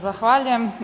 Zahvaljujem.